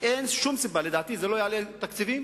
אין שום סיבה, לדעתי, זה לא יעלה את התקציבים.